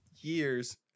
years